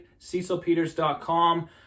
CecilPeters.com